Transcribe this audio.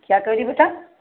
क्या करोगी बेटा